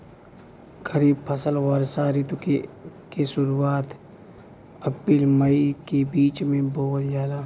खरीफ फसल वषोॅ ऋतु के शुरुआत, अपृल मई के बीच में बोवल जाला